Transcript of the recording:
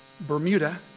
Bermuda